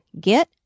Get